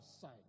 side